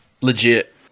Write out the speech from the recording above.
legit